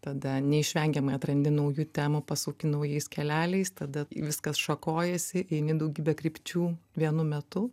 tada neišvengiamai atrandi naujų temų pasuki naujais keleliais tada viskas šakojasi eini daugybe krypčių vienu metu